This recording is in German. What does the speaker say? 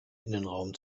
innenraum